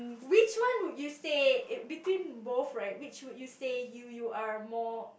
which one would you say it between both right which would you say you you are more